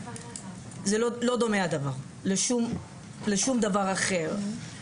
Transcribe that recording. זה לא דומה הדבר לשום דבר אחר.